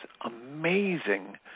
amazing